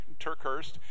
Turkhurst